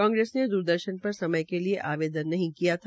कांग्रेस ने द्रदर्शन पर सयम के लिये आवेदन नहीं किया था